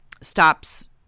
stops